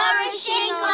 flourishing